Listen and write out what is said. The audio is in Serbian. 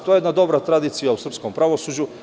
To je jedna dobra tradicija u srpskom pravosuđu.